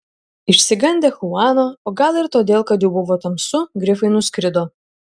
išsigandę chuano o gal ir todėl kad jau buvo tamsu grifai nuskrido